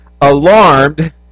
Alarmed